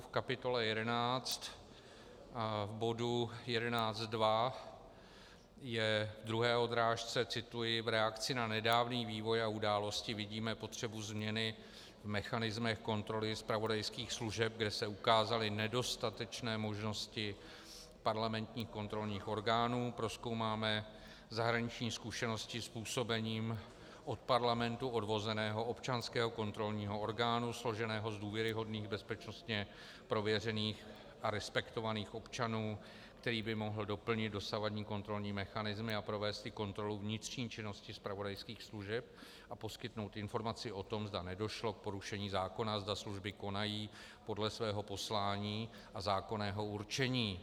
V kapitole XI bodu 11.2 je ve druhé odrážce cituji: V reakci na nedávný vývoj a události vidíme potřebu změny v mechanismech kontroly zpravodajských služeb, kde se ukázaly nedostatečné možnosti parlamentních kontrolních orgánů, prozkoumáme zahraniční zkušenosti s působením od Parlamentu odvozeného občanského kontrolního orgánu složeného z důvěryhodných bezpečnostně prověřených a respektovaných občanů, který by mohl doplnit dosavadní kontrolní mechanismy a provést i kontrolu vnitřní činnosti zpravodajských služeb a poskytnout informaci o tom, zda nedošlo k porušení zákona a zda služby konají podle svého poslání a zákonného určení.